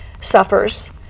suffers